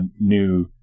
new